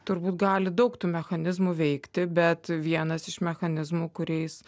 turbūt gali daug tų mechanizmų veikti bet vienas iš mechanizmų kuriais